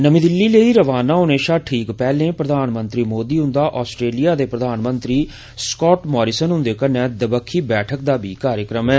नमीं दिल्ली लेई रवाना होने षा पैह्ले प्रधानमंत्री मोदी हुंदा आस्ट्रेलिया दे प्रधानमंत्री स्काट मारिसन हुंदे कन्नै दपक्खी बैठक दा बी कार्यक्रम ऐ